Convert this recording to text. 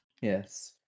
Yes